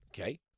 okay